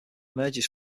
emerges